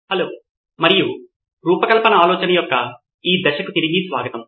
professor hello మరియు రూపకల్పన ఆలోచన యొక్క తదుపరి దశకు తిరిగి స్వాగతం